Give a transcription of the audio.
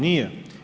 Nije.